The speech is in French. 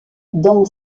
dans